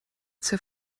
zur